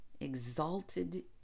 exalted